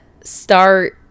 start